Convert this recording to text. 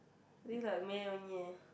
I think it's like meh only leh